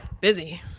Busy